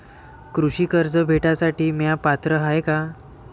कृषी कर्ज भेटासाठी म्या पात्र हाय का?